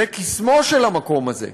זה קסמו של המקום הזה,